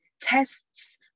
tests